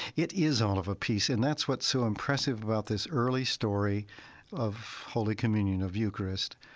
it is all of a piece, and that's what's so impressive about this early story of holy communion, of eucharist.